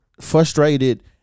frustrated